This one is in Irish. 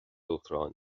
uachtaráin